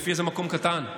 יפיע הוא מקום קטן.